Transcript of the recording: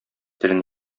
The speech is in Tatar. телен